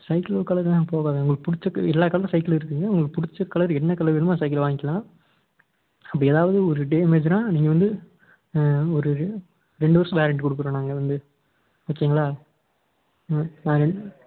cycle கலர்லாம் போகாதுங்க உங்கள் பிடிச்ச எல்லா கலர்லேயும் சைக்கிள் இருக்குதுங்க உங்களுக்கு பிடிச்ச கலர் என்ன கலர் வேணுமோ அந்த சைக்கிள் வாங்கிக்கலாம் அப்படி எதாவது ஒரு டேமேஜுனா நீங்கள் வந்து ஒரு ரெண்டு ரெண்டு வருஷம் வேரண்டி கொடுக்குறோம் நாங்கள் வந்து ஓகேங்களா ம்